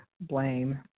blame